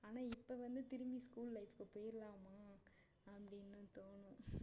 ஆனால் இப்போ வந்து திரும்பி ஸ்கூல் லைஃப்புக்கு போயிடலாமா அப்படின்னு தோணும்